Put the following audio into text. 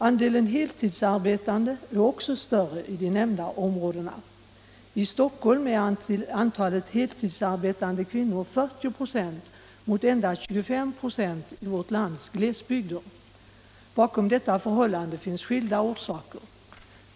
Andelen heltidsarbetande är också större i de nämnda områdena. I Stockholm är antalet heltidsarbetande kvinnor 40 ", mot endast 25 ". i vårt lands glesbygder. Bakom detta förhållande finns skilda orsaker.